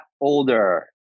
older